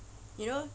you know